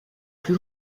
plus